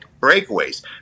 breakaways